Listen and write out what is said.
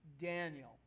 Daniel